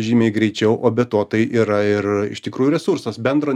žymiai greičiau o be to tai yra ir iš tikrųjų resursas bendro